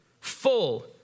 full